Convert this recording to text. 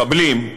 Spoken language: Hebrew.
מחבלים,